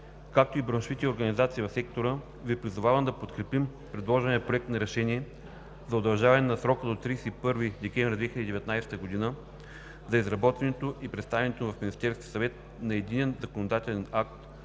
както и браншовите организации в сектора, Ви призовавам да подкрепим предложения Проект на решение за удължаване на срока до 31 декември 2019 г. за изработването и представянето в Министерския съвет на единен законодателен акт,